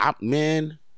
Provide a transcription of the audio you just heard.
Man